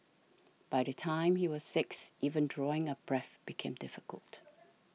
by the time he was six even drawing a breath became difficult